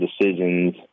decisions